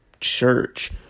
church